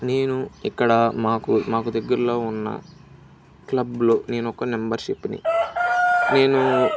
నేను ఇక్కడ మాకు మాకు దగ్గరలో ఉన్న క్లబ్లో నేనొక మెంబర్ని నేను